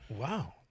Wow